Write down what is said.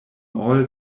all